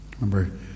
remember